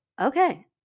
okay